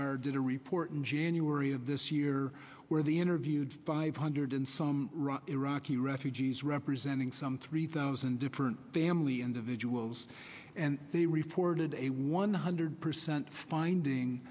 r did a report in january of this year where the interviewed five hundred and some iraqi refugees representing some three thousand different family individuals and they reported a one hundred percent finding